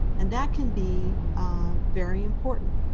and that can be very important.